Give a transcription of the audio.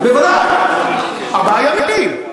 בוודאי, ארבעה ימים.